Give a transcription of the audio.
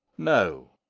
no,